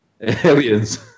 Aliens